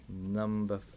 Number